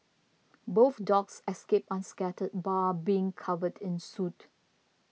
both dogs escaped unscathed bar being covered in soot